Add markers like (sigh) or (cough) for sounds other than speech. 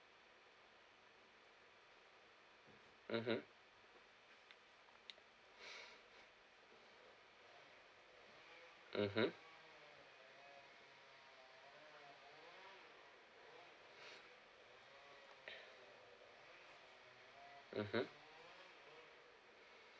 mmhmm (noise) (breath) mmhmm (breath) (noise) mmhmm